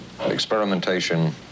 experimentation